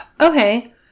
Okay